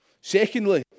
Secondly